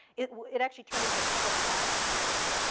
it it actually turned into a puddle of glass on the ground.